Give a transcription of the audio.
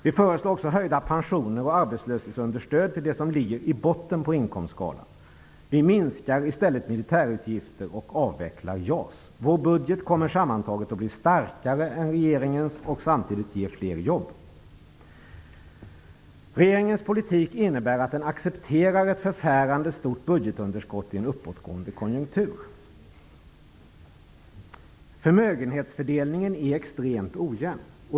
Vi föreslår också höjda pensioner och arbetslöshetsunderstöd för dem som ligger i botten på inkomstskalan, och vi föreslår i stället att militärutgifterna minskas och att JAS avvecklas. Den budget som vi föreslår kommer sammantaget att bli starkare än regeringens och samtidigt ge fler jobb. Regeringens politik innebär att den accepterar ett förfärande stort budgetunderskott i en uppåtgående konjunktur. Förmögenhetsfördelningen är extremt ojämn.